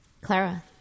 Clara